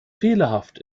fehlerhaft